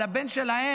של הבן שלהם,